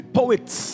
poets